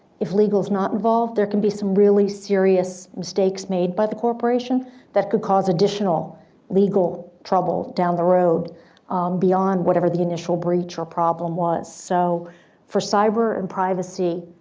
if legals not involved there can be some really serious mistakes made by the corporation that could cause additional legal trouble down the road beyond whatever the initial breach or problem was. so for cyber and privacy,